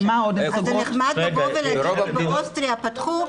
אז זה נחמד לבוא ולהגיד שבאוסטריה פתחו,